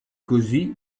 così